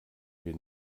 wir